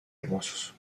hermosos